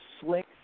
slick